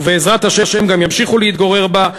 ובעזרת השם גם ימשיכו להתגורר בה,